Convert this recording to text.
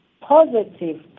positive